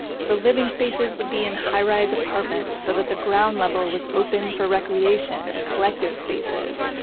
the living spaces would be in high-rise apartments so that the ground level was open for recreation and collective spaces.